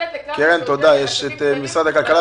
כפי שהיה קודם לכן.